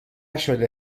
شده